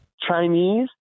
Chinese